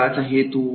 खेळाचा हेतू